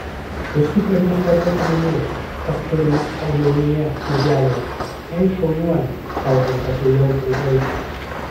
visų pirma svarbu paminėti kas turima omenyje knygelėje ei šaunuoli kalbant apie jautrų vaiką